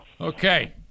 Okay